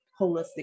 holistic